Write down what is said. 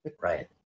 Right